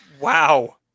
Wow